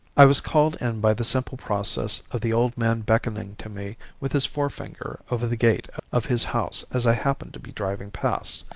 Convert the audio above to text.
i was called in by the simple process of the old man beckoning to me with his forefinger over the gate of his house as i happened to be driving past.